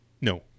No